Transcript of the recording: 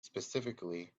specifically